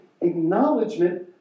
acknowledgement